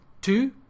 two